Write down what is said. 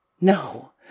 No